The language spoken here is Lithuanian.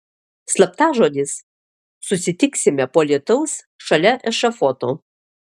slaptažodis susitiksime po lietaus šalia ešafoto